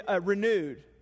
renewed